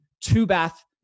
two-bath